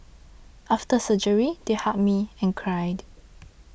after surgery they hugged me and cried